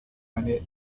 eine